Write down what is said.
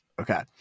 Okay